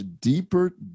deeper